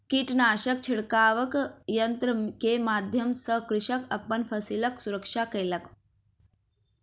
कीटनाशक छिड़काव यन्त्र के माध्यम सॅ कृषक अपन फसिलक सुरक्षा केलक